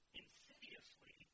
insidiously